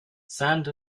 sand